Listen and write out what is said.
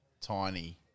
tiny